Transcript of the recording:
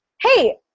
hey